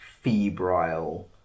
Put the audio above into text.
febrile